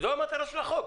זו המטרה של החוק.